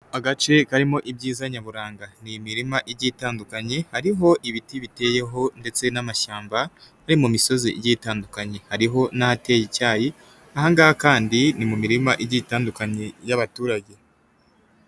Agace karimo ibyiza nyaburanga ni imirima igiye itandukanye hariho ibiti biteyeho ndetse n'amashyamba ari mu misozi igiye itandukanye, hariho n'ahateye icyayi, aha ngaha kandi ni mu mirima igiye itandukanye y'abaturage.